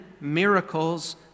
miracles